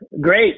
Great